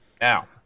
Now